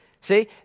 See